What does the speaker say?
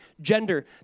gender